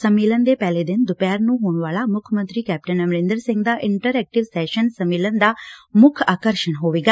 ਸੰਮੇਲਨ ਦੇ ਪਹਿਲੇ ਦਿਨ ਦੁਪਹਿਰ ਨੂੰ ਹੋਣ ਵਾਲਾ ਮੁੱਖ ਮੰਤਰੀ ਕੈਪਟਨ ਅਮਰਿੰਦਰ ਸਿੰਘ ਦਾ ਇੰਟਰ ਐਕਟਿਵ ਸੈਸ਼ਨ ਸੰਮੇਲਨ ਦਾ ਮੁੱਖ ਆਕਰਸ਼ਣ ਹੋਵੇਗਾ